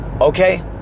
Okay